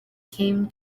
came